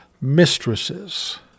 mistresses